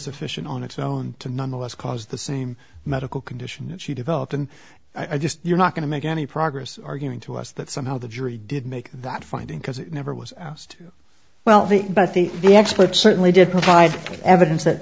sufficient on its own to nonetheless cause the same medical condition that she developed and i just you're not going to make any progress arguing to us that somehow the jury did make that finding because it never was asked well the but i think the expert certainly did provide evidence that